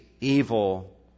evil